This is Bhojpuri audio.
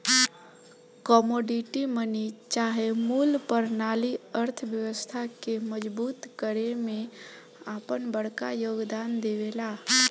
कमोडिटी मनी चाहे मूल परनाली अर्थव्यवस्था के मजबूत करे में आपन बड़का योगदान देवेला